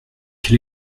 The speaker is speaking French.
quel